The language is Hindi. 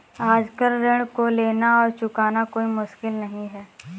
आजकल ऋण को लेना और चुकाना कोई मुश्किल नहीं है